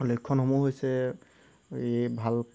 লক্ষণসমূহ হৈছে এই ভাল